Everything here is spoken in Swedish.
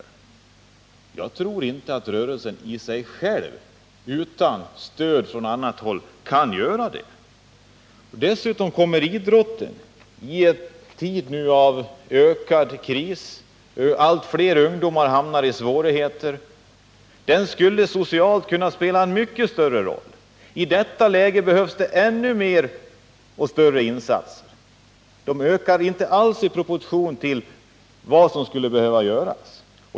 Men jag tror inte att rörelsen själv utan stöd från annat håll klarar det. I en tid då allt fler ungdomar hamnar i svårigheter skulle idrotten socialt sett kunna spela en mycket större roll. I det läget behövs det ännu fler och större insatser. De ökar inte alls i den utsträckning som behövs.